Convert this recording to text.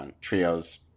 Trios